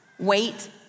Wait